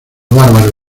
bárbaro